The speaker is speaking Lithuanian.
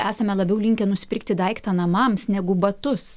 esame labiau linkę nusipirkti daiktą namams negu batus